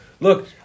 look